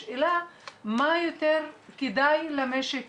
השאלה מה יותר כדאי למשק